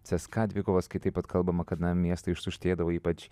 cska dvikovos kai taip pat kalbama kad na miestai ištuštėdavo ypač